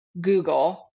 Google